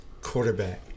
quarterback